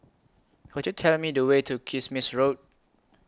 Could YOU Tell Me The Way to Kismis Road